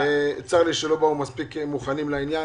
וצר לי שלא באו מספיק מוכנים לעניין.